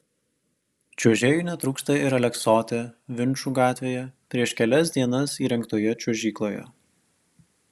čiuožėjų netrūksta ir aleksote vinčų gatvėje prieš kelias dienas įrengtoje čiuožykloje